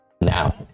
Now